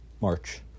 March